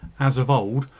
as of old,